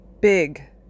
big